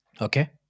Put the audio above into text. Okay